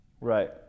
Right